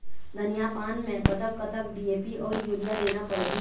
धनिया पान मे कतक कतक डी.ए.पी अऊ यूरिया देना पड़ही?